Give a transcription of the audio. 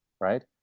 right